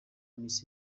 miss